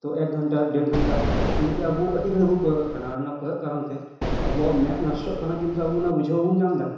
ᱛᱚ ᱮᱠ ᱜᱷᱚᱱᱴᱟ ᱫᱮᱲ ᱜᱷᱚᱱᱴᱟ ᱮᱢᱚᱱ ᱠᱤ ᱟᱵᱚ ᱟᱰᱤ ᱜᱷᱟᱲᱤᱡ ᱵᱚᱱ ᱠᱚᱭᱚᱜ ᱠᱟᱜ ᱠᱟᱱᱟ ᱠᱟᱨᱚᱱ ᱚᱱᱟ ᱠᱚᱭᱚᱜ ᱠᱟᱨᱚᱱ ᱛᱮ ᱟᱵᱚᱣᱟᱜ ᱢᱮᱫ ᱱᱚᱥᱴᱚᱜ ᱠᱟᱱᱟ ᱠᱤᱱᱛᱩ ᱟᱵᱚ ᱚᱱᱟ ᱵᱩᱡᱷᱟᱹᱣ ᱵᱟᱵᱚᱱ ᱧᱟᱢ ᱮᱫᱟ